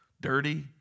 Dirty